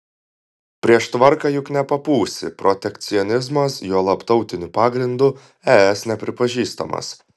prieš tvarką juk nepapūsi protekcionizmas juolab tautiniu pagrindu es nepripažįstamas